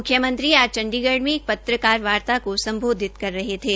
म्ख्यमंत्री ने आज चंडीगढ़ में एक पत्रकारवार्ता को सम्बोधित कर रहे थे